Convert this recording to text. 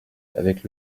avec